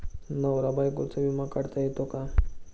नवरा बायकोचा विमा काढता येतो का?